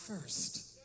first